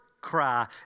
cry